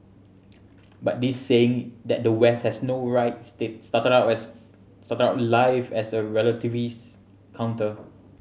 but this saying that the West has no rights started out life as a relativist counter